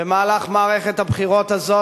במהלך מערכת הבחירות הזאת,